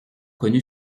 connu